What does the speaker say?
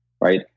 right